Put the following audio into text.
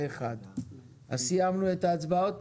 הצבעה כל התוספות אושרו אז סיימנו את ההצבעות?